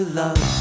love